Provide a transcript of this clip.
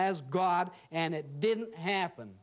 as god and it didn't happen